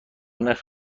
نرخ